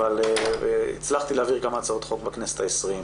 אבל הצלחתי להעביר כמה הצעות חוק בכנסת ה-20.